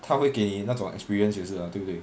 它会给你那种 experience 也是吗对不对